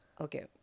Okay